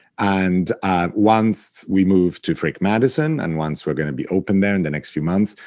and once we move to frick madison and once we're going to be open there in the next few months,